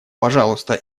пожалуйста